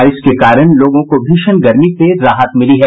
बारिश के कारण लोगों को भीषण गर्मी से राहत मिली है